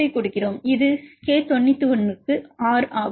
இது K 91 க்கு R ஆகும்